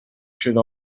should